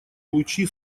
лучи